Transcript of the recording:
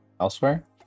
Elsewhere